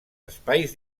espais